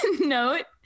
note